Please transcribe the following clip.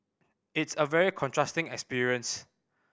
it's a very contrasting experience